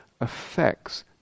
affects